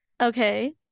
okay